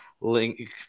link